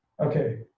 Okay